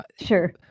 Sure